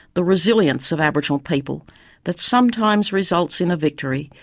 the resilience of aboriginal people that sometimes results in a victory,